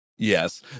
Yes